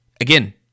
Again